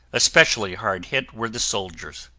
especially hard hit were the soldiers.